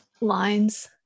Lines